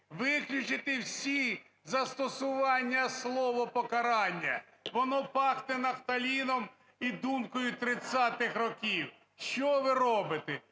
виключити всі застосування слова "покарання". Воно пахне нафталіном і думкою 30-х років. Що ви робите?